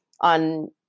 on